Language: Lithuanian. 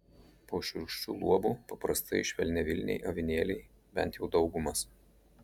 po šiurkščiu luobu paprastai švelniavilniai avinėliai bent jau daugumas